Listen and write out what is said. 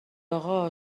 اقا